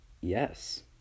yes